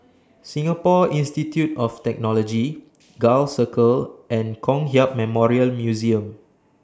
Singapore Institute of Technology Gul Circle and Kong Hiap Memorial Museum